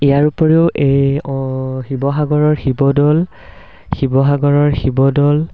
ইয়াৰ উপৰিও এই অঁ শিৱসাগৰৰ শিৱদৌল শিৱসাগৰৰ শিৱদৌল